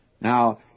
Now